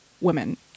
women